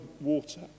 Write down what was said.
water